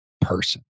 person